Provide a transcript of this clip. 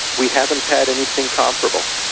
we haven't had anything comparable.